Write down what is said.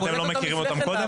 אתם לא מכירים אותם קודם?